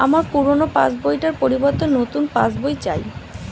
আমার পুরানো পাশ বই টার পরিবর্তে নতুন পাশ বই চাই